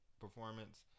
performance